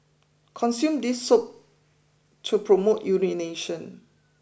consume this soup to promote urination